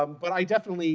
um but i definitely